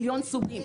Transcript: מיליון סוגים.